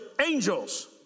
angels